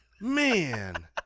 Man